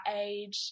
age